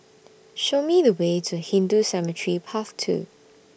Show Me The Way to Hindu Cemetery Path two